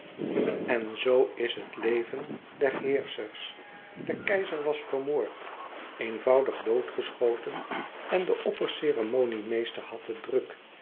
en zoo is het leven der heerschers de keizer was vermoord eenvoudig doodgeschoten en de opperceremoniemeester had het druk